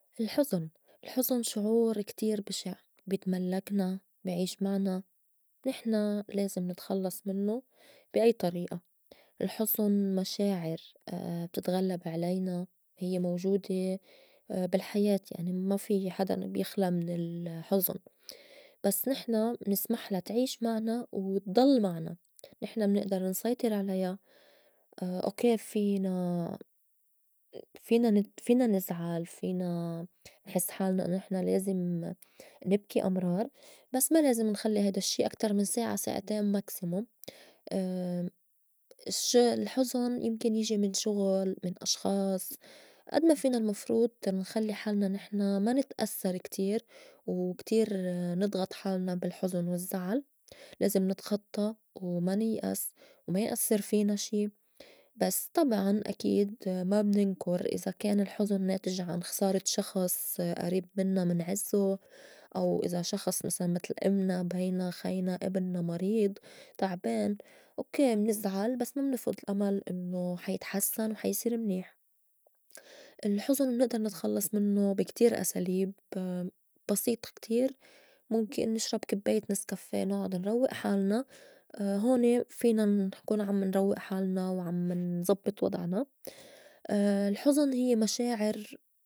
الحُزُن، الحُزُن شعور كتير بشع بيتملّكنا بيعيش معنا نحن لازم نتخلّص منّو بي أي طريئة، الحُزُن مشاعر بتتغلّب علينا هيّ موجودة بالحياة يعني ما في حداً بيخلى من ال- الحُزُن بس نحن منسمحلا تعيش معنا وتضل معنا نحن منئدر نسيطر عليا أوكّي فينا- فينا نت فينا نزعل فينا نحس حالنا إنّو نحن لازم نبكي أمرار بس ما لازم نخلّي هيدا الشّي أكتر من ساعة ساعتين ماكسيموم، الش الحُزُن يمكن يجي من شغُل من أشخاص أد ما فينا المفروض نخلّي حالنا نحن ما نتـأسّر كتير وكتير نضغط حالنا بالحُزُن والزّعل لازم نتخطّى وما نيأس وما يأسّر فينا شي، بس طبعاً أكيد ما مننكُر إذا كان الحُزُن ناتج عن خسارة شخص أريب منّا منعزّو أو إذا شخص مسلاً متل إمنا، بينا، خينا، إبنّا مريض تعبان، أوكّي منزعل بس ما منفئُد الأمل إنّو حا يتحسّن وحا يصير منيح. الحُزُن منئدر نتخلّص منّو بي كتير أساليب ب- بسيطة كتير مُمكن نشرب كبّاية نسكافيه نُعُّد نروّئ حالنا هوني فينا نكون عم نروّئ حالنا وعم نزبّط وضعنا. الحُزُن هيّ مشاعر.